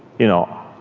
you know,